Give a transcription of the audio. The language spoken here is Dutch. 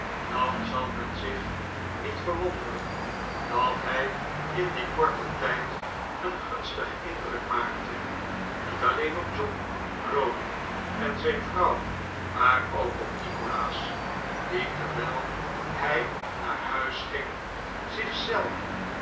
dan zal men zich niet verwonderen dat hij in dien korten tijd een gunstigen indruk maakte niet alleen op john browdie en zijn vrouw maar ook op nikolaas die terwijl hij naar huis ging